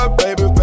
baby